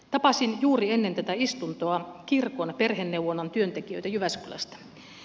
tapasin juuri ennen tätä istuntoa kirkon perheneuvonnan työntekijöitä jyväskylästä